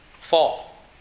fall